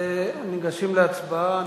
ניגשים להצבעה.